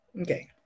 Okay